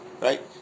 right